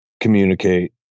communicate